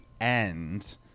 end